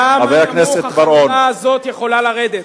כמה נמוך החלולה הזאת יכולה לרדת,